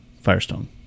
firestone